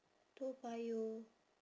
toa payoh